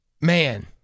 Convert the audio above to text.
man